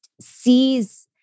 sees